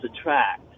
attract